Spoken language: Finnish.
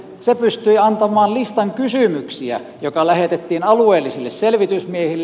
se pystyi antamaan listan kysymyksiä joka lähetettiin alueellisille selvitysmiehille